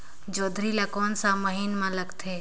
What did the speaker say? जोंदरी ला कोन सा महीन मां लगथे?